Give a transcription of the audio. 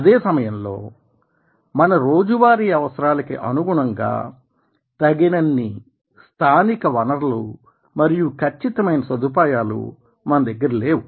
అదే సమయంలో మన రోజువారీ అవసరాలకి అనుగుణంగా తగినన్ని స్థానిక వనరులు మరియు ఖచ్చితమైన సదుపాయాలు మన దగ్గర లేవు